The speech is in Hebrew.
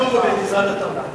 התקצוב הוא במשרד התרבות.